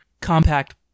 compact